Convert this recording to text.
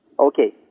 okay